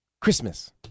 christmas